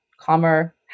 calmer